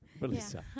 Melissa